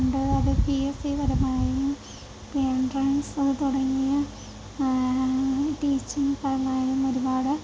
അത് P S C പരമായും entrance തുടങ്ങിയ ടീച്ചിങ്ങ് പരമായും ഒരുപാട്